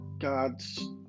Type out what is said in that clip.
God's